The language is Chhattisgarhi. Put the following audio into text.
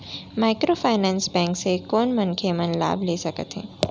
माइक्रोफाइनेंस बैंक से कोन मनखे मन लाभ ले सकथे?